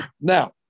Now